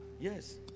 Yes